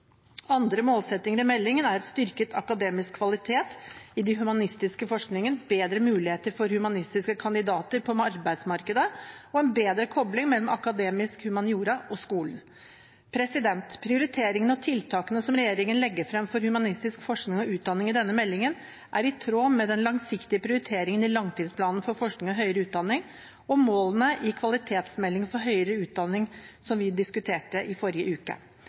Andre målsettinger i meldingen er styrket akademisk kvalitet i den humanistiske forskningen, bedre muligheter for humanistiske kandidater på arbeidsmarkedet og en bedre kobling mellom akademisk humaniora og skolen. Prioriteringene og tiltakene som regjeringen legger frem for humanistisk forskning og utdanning i denne meldingen, er i tråd med de langsiktige prioriteringene i langtidsplanen for forskning og høyere utdanning og målene i kvalitetsmeldingen for høyere utdanning, som vi diskuterte i forrige uke.